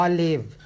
Olive